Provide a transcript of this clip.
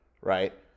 right